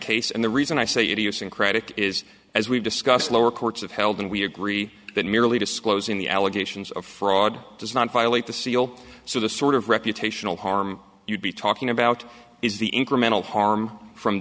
case and the reason i say you're using credit is as we've discussed lower courts have held and we agree that merely disclosing the allegations of fraud does not violate the seal so the sort of reputational harm you'd be talking about is the incremental harm from